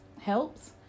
helps